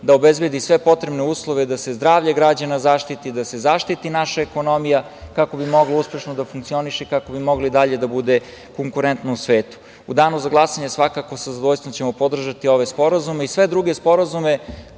da obezbedi sve potrebne uslove da se zdravlje građana zaštiti, da se zaštiti naša ekonomija kako bi moglo uspešno da funkcioniše, kako bi mogla i dalje da bude konkurentna u svetu.U danu za glasanje svakako sa zadovoljstvom ćemo podržati ove sporazume i sve druge sporazume